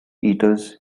eaters